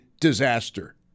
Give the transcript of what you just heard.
disaster